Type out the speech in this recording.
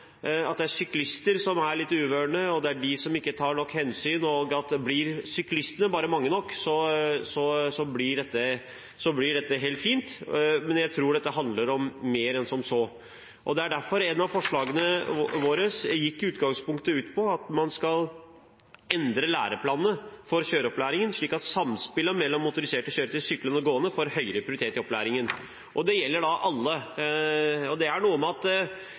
at det er syklister som er litt uvørne, at det er de som ikke tar nok hensyn, og at blir bare syklistene mange nok, blir dette helt fint. Men jeg tror dette handler om mer enn som så. Det er derfor et av forslagene våre i utgangspunktet gikk ut på at man skal endre læreplanene for kjøreopplæringen, slik at samspillet mellom motoriserte kjøretøy, syklende og gående får høyere prioritet i opplæringen. Det gjelder alle. Det har noe å gjøre med at